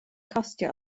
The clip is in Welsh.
costio